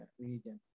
region